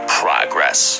progress